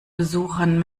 besuchern